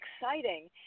exciting